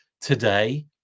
today